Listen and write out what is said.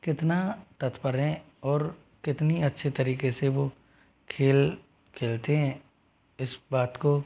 कितना तत्पर हैं और कितने अच्छे तरीक़े से वो खेल खेलते हैं इस बात को